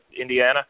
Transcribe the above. Indiana